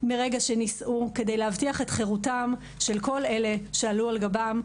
מרגע שנישאו כדי להבטיח את חירותם של כל אלה שעלו על גבם,